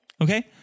Okay